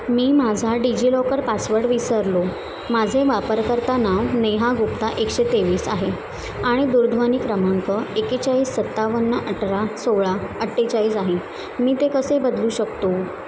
मी माझा DigiLocker password विसरलो माझे वापरकर्ता नाव नेहा गुप्ता एकशे तेवीस आहे आणि दूरध्वनी क्रमांक एक्केचाळीस सत्तावन्न अठरा सोळा अठ्ठेचाळीस आहे मी ते कसे बदलू शकतो